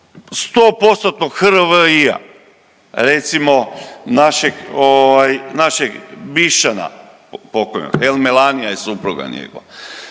HRVI-a recimo našeg Bišćana pokojnog el Melanija je supruga njegova,